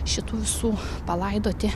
šitų visų palaidoti